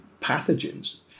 pathogens